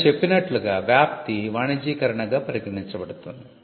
నేను చెప్పినట్లుగా వ్యాప్తి వాణిజ్యీకరణగా పరిగణించబడుతుంది